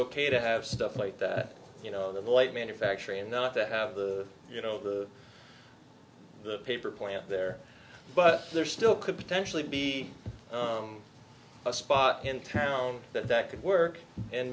ok to have stuff like that you know the light manufacturing not to have the you know the paper point there but there still could potentially be a spot in town that that could work and